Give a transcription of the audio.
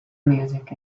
music